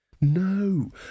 No